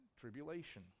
tribulation